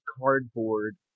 cardboard